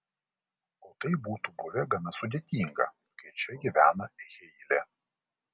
o tai būtų buvę gana sudėtinga kai čia gyvena heilė